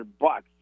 bucks